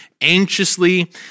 anxiously